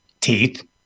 teeth